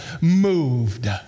moved